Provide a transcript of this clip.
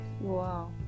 Wow